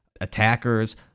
attackers